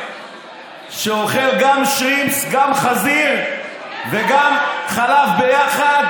שאוכל בשבת גם שרימפס וגם חזיר וגם חלב ביחד,